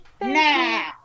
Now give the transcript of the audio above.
now